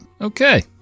okay